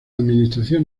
administración